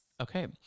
Okay